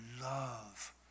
love